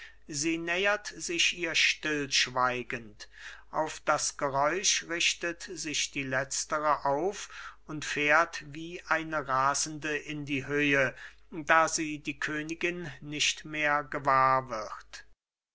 sie nähert sich ihr still schweigend auf das geräusch richtet sich die letztere auf und fährt wie eine rasende in die höhe da sie die königin nicht mehr gewahr wird